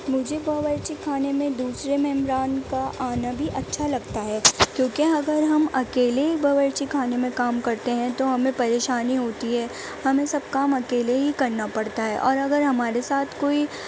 مجھے باورچی خانے میں دوسرے ممبران کا آنا بھی اچھا لگتا ہے کیوں کہ اگر ہم اکیلے ہی باورچی خانے میں کام کرتے ہیں تو ہمیں پریشانی ہوتی ہے ہمیں سب کام اکیلے ہی کرنا پڑتا ہے اور اگر ہمارے ساتھ کوئی